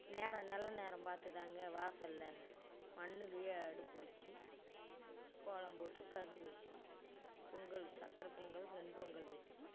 நேரம் நல்ல நேரம் பார்த்துதாங்க வாசல்ல மண்ணுலேயே அடுப்பு வச்சு கோலம் போட்டு கரும்பு வச்சு பொங்கல் சக்கரைப் பொங்கல் வெண் பொங்கல் வச்சு